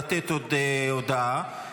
לתת הודעה.